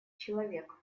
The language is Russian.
человек